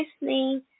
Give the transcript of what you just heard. listening